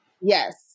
Yes